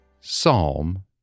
Psalm